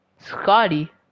Scotty